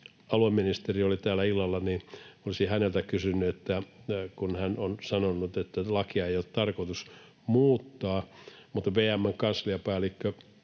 alueministeri oli täällä illalla, ja olisin häneltä kysynyt siitä, kun hän on sanonut, että lakia ei ole tarkoitus muuttaa,